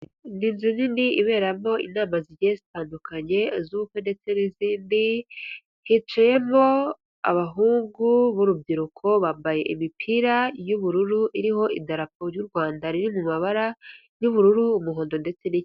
Ni inzu nini iberamo inama zigiye zitandukanye z'ubukwe ndetse n'izindi, hicayemo abahungu b'urubyiruko bambaye imipira y'ubururu, iriho idarapo y'u Rwanda riri mu mabara y'ubururu, umuhondo ndetse n'icyatsi